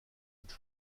cette